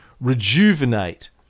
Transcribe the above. rejuvenate